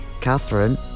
Catherine